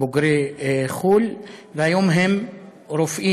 בוגרי חו"ל, והיום הם רופאים.